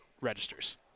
registers